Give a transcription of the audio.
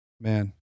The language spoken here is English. Man